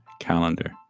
calendar